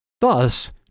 Thus